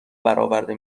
براورده